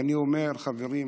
ואני אומר: חברים,